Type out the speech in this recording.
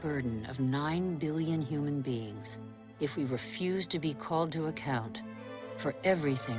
burden of nine billion human beings if we refused to be called to account for everything